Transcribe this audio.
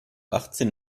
achtzehn